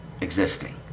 existing